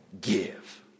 give